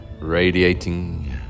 radiating